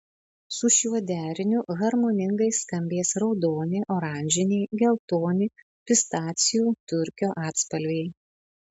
su šiuo deriniu harmoningai skambės raudoni oranžiniai geltoni pistacijų turkio atspalviai